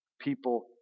people